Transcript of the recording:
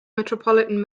metropolitan